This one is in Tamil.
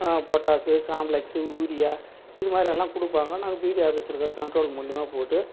பொட்டாசு காம்ப்ளக்ஸ்சு யூரியா இதுமாதிரியெல்லாம் கொடுப்பாங்க நாங்கள் பீடி ஆஃபீஸில் இருக்கற கண்ட்ரோல் மூலிமா போட்டு